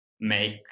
make